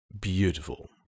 beautiful